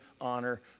honor